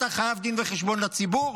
אתה חייב דין וחשבון לציבור.